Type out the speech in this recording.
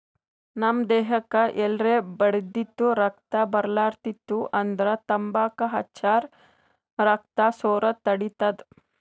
ನಮ್ ದೇಹಕ್ಕ್ ಎಲ್ರೆ ಬಡ್ದಿತ್ತು ರಕ್ತಾ ಬರ್ಲಾತಿತ್ತು ಅಂದ್ರ ತಂಬಾಕ್ ಹಚ್ಚರ್ ರಕ್ತಾ ಸೋರದ್ ತಡಿತದ್